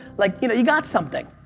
like you know you got something,